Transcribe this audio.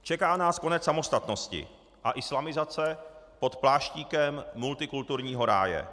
Čeká nás konec samostatnosti a islamizace pod pláštíkem multikulturního ráje.